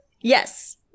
yes